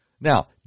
Now